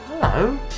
Hello